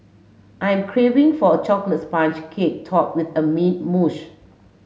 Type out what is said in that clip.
I am craving for a chocolate sponge cake topped with a mint mousse